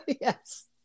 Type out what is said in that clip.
Yes